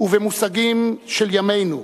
ובמושגים של ימינו,